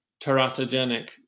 teratogenic